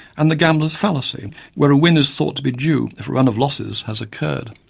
and the gambler's fallacy where a win is thought to be due if a run of losses has occurred.